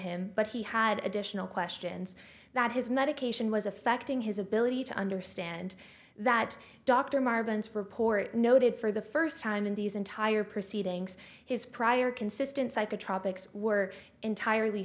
him but he had additional questions that his medication was affecting his ability to understand that dr margins report noted for the first time in these entire proceedings his prior consistent psychotropics were entirely